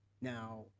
Now